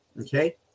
okay